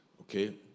Okay